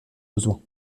besoins